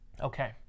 Okay